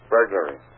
Burglary